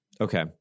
Okay